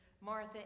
Martha